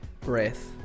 breath